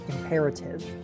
Imperative